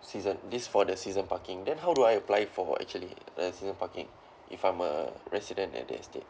season this for the season parking then how do I apply for actually the season parking if I'm a resident at the estate